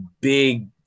big